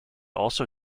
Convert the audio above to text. also